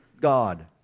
God